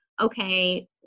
okay